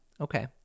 Okay